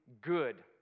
good